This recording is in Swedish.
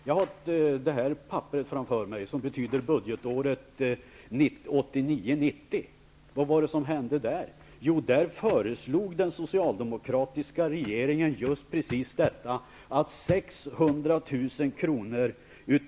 Jag har ett papper här angående budgetåret 1989/90. Vad hände då? Jo, då föreslog den socialdemokratiska regeringen att 600 000 kr.